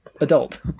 adult